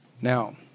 Now